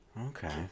Okay